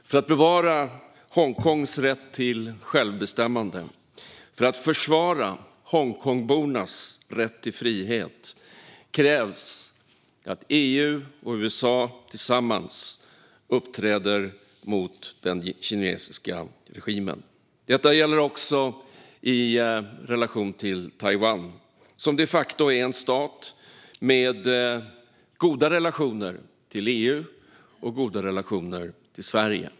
För att bevara Hongkongs rätt till självbestämmande, för att försvara Hongkongbornas rätt till frihet, krävs det att EU och USA uppträder gemensamt mot den kinesiska regimen. Detta gäller också i relation till Taiwan, som de facto är en stat och har goda relationer till EU och Sverige.